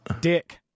Dick